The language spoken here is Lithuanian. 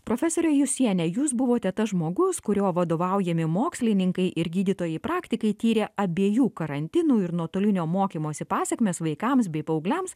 profesore jusiene jūs buvote tas žmogus kurio vadovaujami mokslininkai ir gydytojai praktikai tyrė abiejų karantinų ir nuotolinio mokymosi pasekmes vaikams bei paaugliams